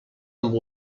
amb